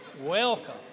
Welcome